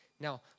Now